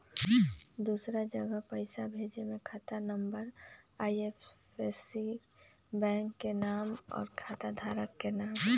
दूसरा जगह पईसा भेजे में खाता नं, आई.एफ.एस.सी, बैंक के नाम, और खाता धारक के नाम?